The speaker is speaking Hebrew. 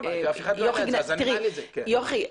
יוכי,